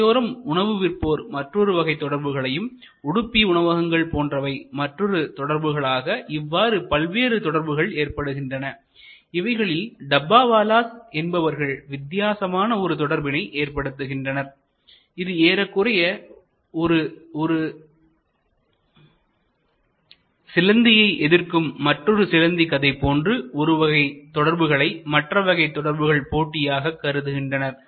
சாலையோரம் உணவு விற்போர் மற்றொரு வகை தொடர்புகளையும் உடுப்பி உணவகங்கள் போன்றவை மற்றொரு தொடர்புகள் ஆக இவ்வாறு பல்வேறு தொடர்புகள் ஏற்படுகின்றன இவைகளில் டப்பாவாலாஸ் என்பவர்கள் வித்தியாசமான ஒரு தொடர்பினை ஏற்படுத்துகின்றனர் இது ஏறக்குறைய ஒரு சிலந்தியை எதிர்க்கும் மற்றொரு சிலந்தி கதை போன்று ஒருவகை தொடர்புகளை மற்றவகை தொடர்புகள் போட்டியாக கருதுகின்றனர்